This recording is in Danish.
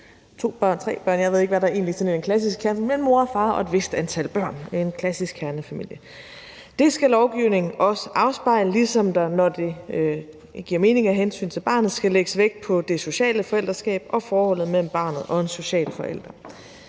to eller tre børn – jeg ved ikke, hvor mange børn der er i en klassisk kernefamilie, men altså mor, far og et vist antal børn udgør en klassisk kernefamilie. Det skal lovgivningen også afspejle, ligesom der, når det giver mening af hensyn til barnet, skal lægges vægt på det sociale forældreskab og forholdet mellem barnet og en social forælder.